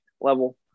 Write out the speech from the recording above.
level